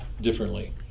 differently